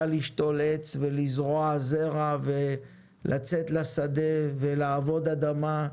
לשתול עץ ולזרוע זרע ולצאת לשדה ולעבוד אדמה.